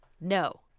no